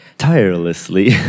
tirelessly